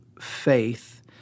faith